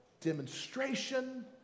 demonstration